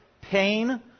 pain